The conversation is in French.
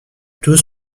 tous